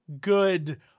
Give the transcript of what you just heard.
good